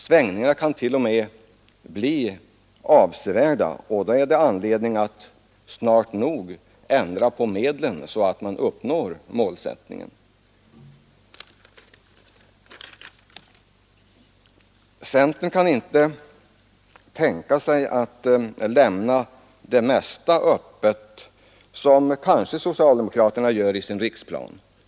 Svängningarna kan t.o.m., bli avsevärda, och då är det anledning att snart nog ändra på medlen så att man uppnår målsättningen. Centern kan inte tänka sig att lämna det mesta öppet, som kanske socialdemokraterna gör i sin riksplan.